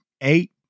eight